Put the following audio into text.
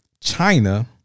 China